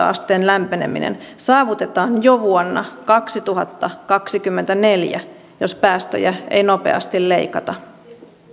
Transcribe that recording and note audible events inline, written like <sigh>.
<unintelligible> asteen lämpeneminen saavutetaan jo vuonna kaksituhattakaksikymmentäneljä jos päästöjä ei nopeasti leikata